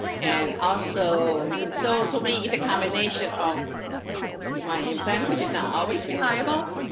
and ah so so to me it's a combination of my implant which is not always reliable.